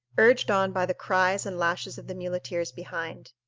urged on by the cries and lashes of the muleteers behind.